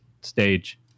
stage